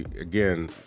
again